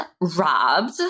robbed